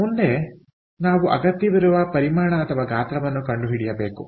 ಮುಂದೆ ನಾವು ಅಗತ್ಯವಿರುವ ಪರಿಮಾಣಗಾತ್ರವನ್ನು ಕಂಡುಹಿಡಿಯಬೇಕು